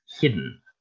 hidden